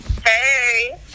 Hey